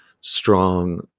strong